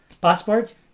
passport